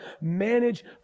manage